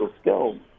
skills